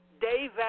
Dave